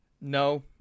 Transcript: No